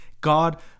God